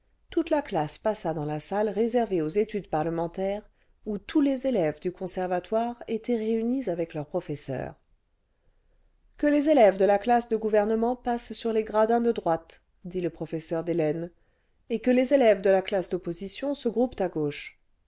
toute la classe passa dans la salle réservée aux études parlementaires où tous les élèves du conservatoire étaient réunis avec leurs professeurs ce que les élèves de la classe de gouvernement passent sur les gradins de droite dit le professeur d'hélène et que les élèves de la classe d'opposition se groupent à gauche